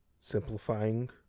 simplifying